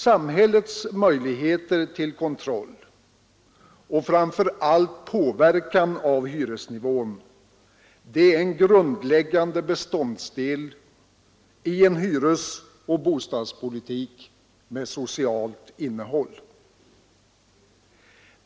Samhällets möjligheter till kontroll och framför allt påverkan av hyresnivån är en grundläggande beståndsdel i en hyresoch bostadspolitik med socialt innehåll.